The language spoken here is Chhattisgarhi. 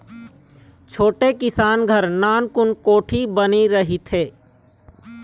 छोटे किसान घर नानकुन कोठी बने रहिथे